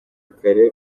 kare